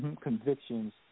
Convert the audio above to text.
Convictions